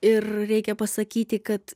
ir reikia pasakyti kad